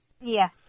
Yes